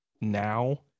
now